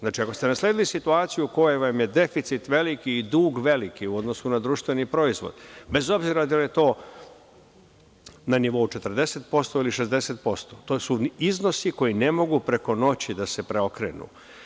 Znači, ako ste nasledili situaciju u kojoj vam je deficit veliki i dug veliki u odnosu na društveni proizvod, bez obzira da li je to na nivou 40% ili 60%, to su iznosi koji ne mogu preko noći da se preokrenu.